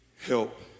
Help